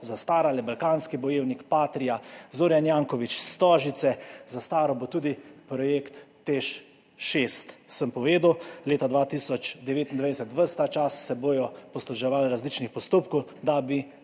zastarale, Balkanski bojevnik, Patria, Zoran Janković, Stožice, zastaral bo tudi projekt TEŠ6, sem povedal, leta 2029. Ves ta čas se bodo posluževali različnih postopkov,